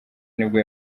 nibwo